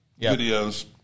videos